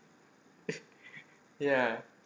ya